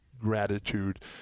gratitude